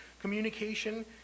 communication